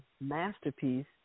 masterpiece